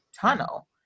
tunnel